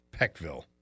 Peckville